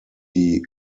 die